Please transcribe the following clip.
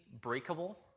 breakable